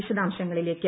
വിശദാംശങ്ങളിലേക്ക്